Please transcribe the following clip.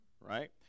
right